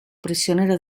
prisionero